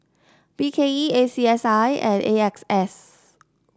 B K E A C S I and A X S